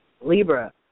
Libra